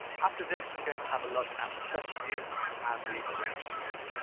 after this, we're going to have a look at the session view and the arrangement view.